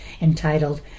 entitled